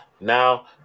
Now